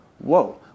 whoa